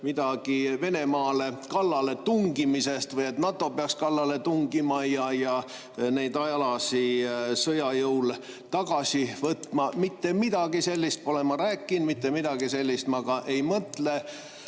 midagi Venemaale kallaletungimisest või sellest, et NATO peaks kallale tungima ja need alad sõja jõul tagasi võtma. Mitte midagi sellist pole ma rääkinud, mitte midagi sellist ma ka ei mõtle.